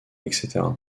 etc